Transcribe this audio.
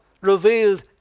revealed